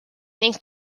ning